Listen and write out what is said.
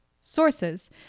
Sources